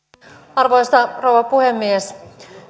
arvoisa rouva puhemies